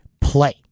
play